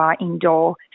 indoor